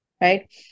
Right